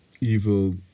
evil